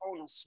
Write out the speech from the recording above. on